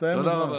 תודה רבה.